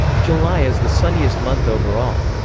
july is the sunniest month overall.